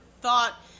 thought